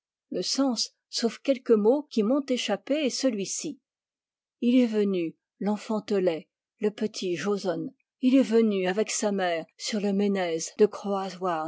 le sens sauf quelques mots qui m'eût échappé est celui-ci il est venu l'enfantelet le petit jozon il est venu avec sa mère sur le menez de